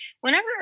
whenever